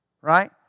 right